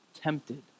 tempted